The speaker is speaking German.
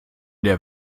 der